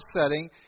setting